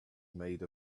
made